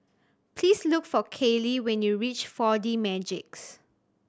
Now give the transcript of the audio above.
please look for Kayley when you reach Four D Magix